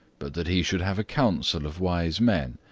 but that he should have a council of wise men,